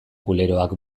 kuleroak